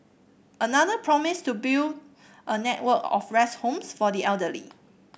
another promised to build a network of rest homes for the elderly